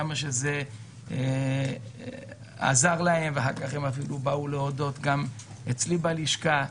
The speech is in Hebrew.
כמה שזה עזר להן ואחר כך הן אפילו באו להודות גם אצלי בלשכה.